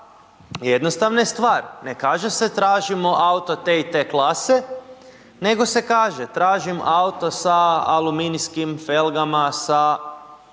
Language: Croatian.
jednostavna je stvar, ne kaže se tražimo auto te i te klase, nego se kaže, tražimo auto sa aluminijskim felgama, sa